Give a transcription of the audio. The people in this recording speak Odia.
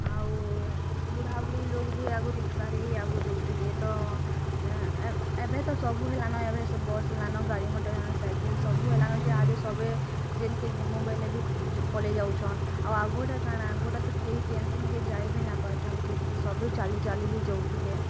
ଆଉ ବୁଢ଼ା ବୁଢ଼ୀ ଲୋକ୍ ବି ଆଗରୁ ରିକ୍ସାରେ ହିଁ ଯୋଉଥିଲେ ତ ଏବେ ତ ସବୁ ହେଲାନ୍ ଏବେ ବସ୍ ହେଲାନ ଗାଡ଼ି ମାଟର ସାଇକେଲ୍ ସବୁ ହେଲାନ ଯେ ଇହାଦେ ସବେ ଜେନ୍କେ ଜିମୁ ବେଇଲେବି ପଳେଇ ଆଉଚନ ଆଉ ଗୋଟେ କାଣା ଆଉ ଗୋଟେ ତ କିଏ କେନ୍ସି ଯାଇବି ନ ପାଥା ଠିକ୍ ସେ ସବୁ ଚାଲି ଚାଲି ହିଁ ଯାଉଥିଲେ